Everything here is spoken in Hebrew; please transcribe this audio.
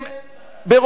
לרופא שיניים,